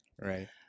Right